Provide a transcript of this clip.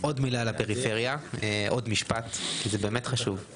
עוד מילה על הפריפריה, עוד משפט, זה באמת חשוב.